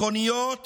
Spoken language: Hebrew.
מכוניות